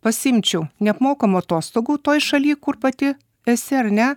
pasiimčiau neapmokamų atostogų toj šaly kur pati esi ar ne